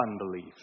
unbelief